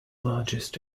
largest